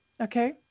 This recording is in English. Okay